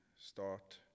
start